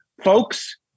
folks